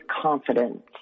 confidence